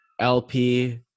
LP